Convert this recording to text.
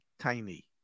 tiny